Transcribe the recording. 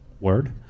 word